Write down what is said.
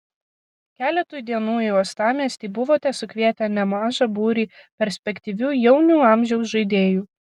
keletui dienų į uostamiestį buvote sukvietę nemaža būrį perspektyvių jaunių amžiaus žaidėjų